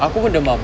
aku pun demam